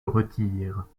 retire